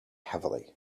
heavily